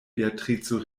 beatrico